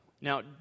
Now